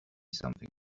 something